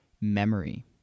memory